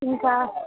ఇంకా